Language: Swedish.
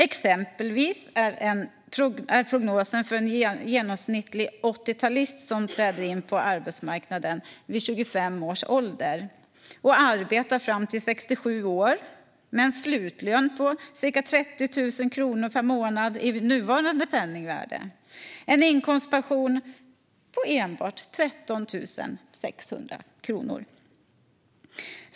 Exempelvis är prognosen för en genomsnittlig 80-talist som träder in på arbetsmarknaden vid 25 års ålder och arbetar fram till 67 år med en slutlön på ca 30 000 kronor per månad, i nuvarande penningvärde, en inkomstpension på endast 13 600 kronor.